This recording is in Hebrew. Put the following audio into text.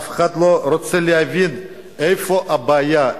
אף אחד לא רוצה להגיד איפה הבעיה,